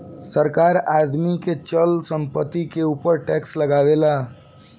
सरकार आदमी के चल संपत्ति के ऊपर टैक्स लेवेला